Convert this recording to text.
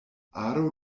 aro